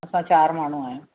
असां चारि माण्हू आहियूं